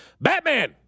Batman